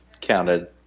counted